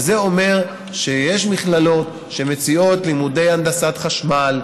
זה אומר שיש מכללות שמציעות לימודי הנדסת חשמל,